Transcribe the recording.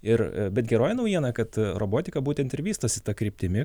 ir bet geroji naujiena kad robotika būtent ir vystosi ta kryptimi